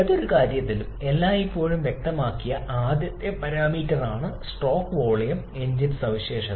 ഏതൊരു കാര്യത്തിലും എല്ലായ്പ്പോഴും വ്യക്തമാക്കിയ ആദ്യത്തെ പാരാമീറ്ററാണ് സ്ട്രോക്ക് വോളിയം എഞ്ചിൻ സവിശേഷത